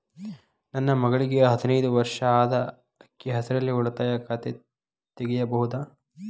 ನನ್ನ ಮಗಳಿಗೆ ಹದಿನೈದು ವರ್ಷ ಅದ ಅಕ್ಕಿ ಹೆಸರಲ್ಲೇ ಉಳಿತಾಯ ಖಾತೆ ತೆಗೆಯಬಹುದಾ?